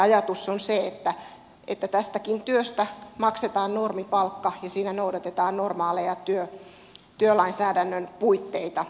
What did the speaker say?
ajatus on se että tästäkin työstä maksetaan normipalkka ja siinä noudatetaan normaaleja työlainsäädännön puitteita